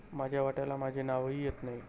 माझ्या वाट्याला माझे नावही येत नाही